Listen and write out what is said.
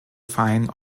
fine